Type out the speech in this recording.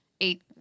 eight